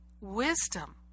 wisdom